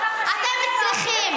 אתם צריכים,